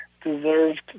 deserved